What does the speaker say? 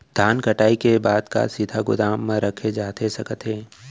धान कटाई के बाद का सीधे गोदाम मा रखे जाथे सकत हे?